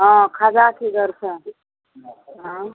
हाँ खाजा की दर छनि हाँ